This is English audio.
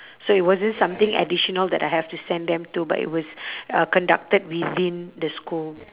so it wasn't something additional that I have to send them to but it was uh conducted within the school